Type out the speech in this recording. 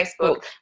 Facebook